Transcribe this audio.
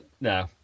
No